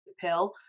pill